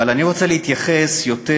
אבל אני רוצה להתייחס יותר